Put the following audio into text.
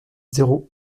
zéro